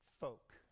folk